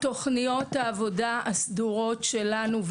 תוכניות העבודה הסדורות שלנו,